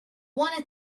wanna